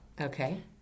Okay